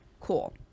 cool